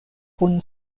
kun